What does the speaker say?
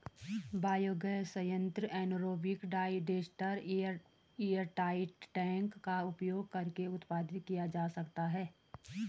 biogas संयंत्र anaerobic digester airtight tank का उपयोग करके उत्पादित किया जा सकता है